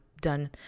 done